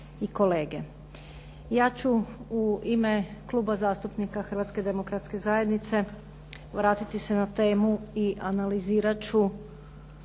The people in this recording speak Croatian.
Ja ću u ime Kluba zastupnika Hrvatske demokratske zajednice vratiti se na temu i analizirat ću